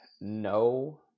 No